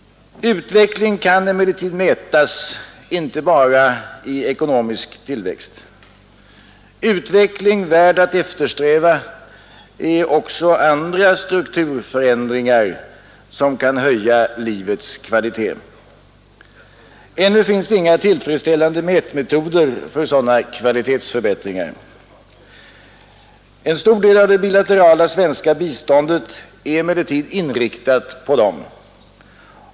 Utveckling kan emellertid mätas inte bara i ekonomisk tillväxt. Utveckling värd att eftersträva är också andra strukturförändringar som kan höja livets kvalitet. Ännu finns det inga tillfredsställande mätmetoder för sådana kvalitetsförbättringar. En stor del av det bilaterala svenska biståndet är emellertid inriktat på dem.